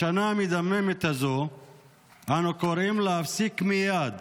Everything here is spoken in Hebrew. בשנה המדממת הזו אנו קוראים להפסיק מייד